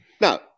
Now